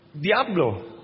Diablo